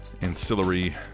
ancillary